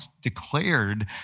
declared